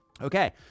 okay